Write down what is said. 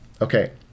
Okay